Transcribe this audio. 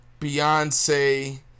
Beyonce